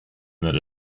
that